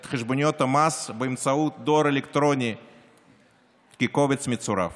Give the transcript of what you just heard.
את חשבוניות המס באמצעות דואר אלקטרוני כקובץ מצורף,